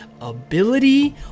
ability